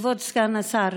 כבוד סגן השר,